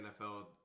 NFL